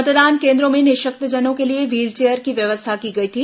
मतदान केन्द्रों में निशक्तजनों के लिए व्हीलचेयर की व्यवस्था की गई थी